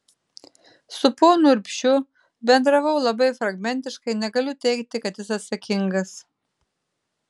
su ponu urbšiu bendravau labai fragmentiškai negaliu teigti kad jis atsakingas